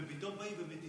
ופתאום באים ומטיפים.